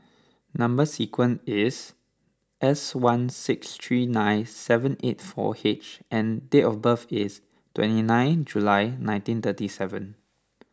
number sequence is S one six three nine seven eight four H and date of birth is twenty nine July nineteen thirty seven